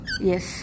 yes